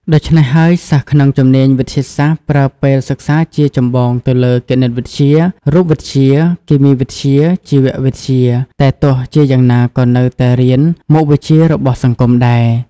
ដូច្នេះហើយសិស្សក្នុងជំនាញវិទ្យាសាស្ត្រប្រើពេលសិក្សាជាចម្បងទៅលើគណិតវិទ្យា រូបវិទ្យា គីមីវិទ្យា ជីវវិទ្យា តែទោះជាយ៉ាងណាក៏នៅតែរៀនមុខវិជា្ជរបស់សង្គមដែរ ។